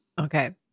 Okay